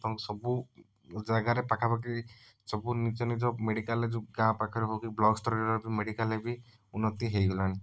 ଏବଂ ସବୁ ଯାଗାରେ ପାଖାପାଖି ସବୁ ନିଜ ନିଜ ମେଡ଼ିକାଲ୍ ଯେଉଁ ଗାଁ ପାଖରେ ହେଉକି ବ୍ଲକ୍ ସ୍ତରରେ ମେଡ଼ିକାଲ୍ରେ ବି ଉନ୍ନତି ହେଇଗଲାଣି